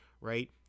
right